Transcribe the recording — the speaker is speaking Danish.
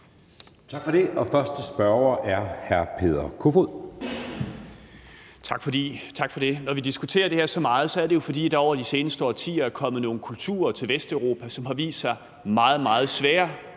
Tak for det, og den første spørger er hr. Peter Kofod. Kl. 11:43 Peter Kofod (DF): Tak for det. Når vi diskuterer det her så meget, er det jo, fordi der over de seneste årtier er kommet nogle kulturer til Vesteuropa, som har vist sig meget, meget svære